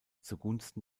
zugunsten